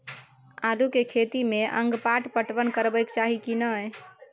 आलू के खेती में अगपाट पटवन करबैक चाही की नय?